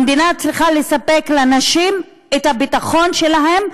המדינה צריכה לספק לנשים את הביטחון שלהן,